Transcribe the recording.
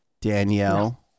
Danielle